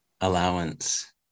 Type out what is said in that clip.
allowance